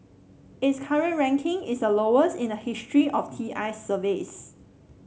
its current ranking is the lowest in the history of T I's surveys